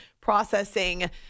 processing